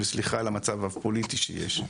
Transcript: וסליחה על המצב הפוליטי שיש,